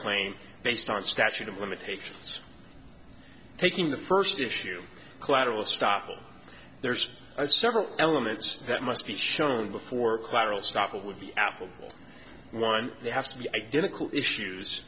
claims based on statute of limitations taking the first issue collateral stoppel there's several elements that must be shown before collateral stoffel would be applicable one they have to be identical issues